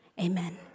amen